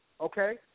Okay